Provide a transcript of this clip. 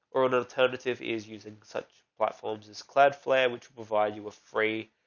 or another alternative is using such platforms as cloudflare, which provide you a free,